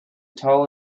tall